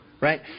Right